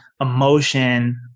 emotion